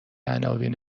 عناوین